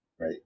Right